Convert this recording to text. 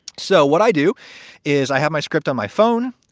so what i do is i have my script on my phone.